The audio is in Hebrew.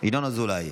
ינון אזולאי.